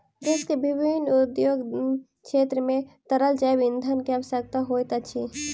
देश के विभिन्न उद्योग क्षेत्र मे तरल जैव ईंधन के आवश्यकता होइत अछि